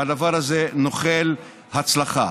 והדבר הזה נוחל הצלחה.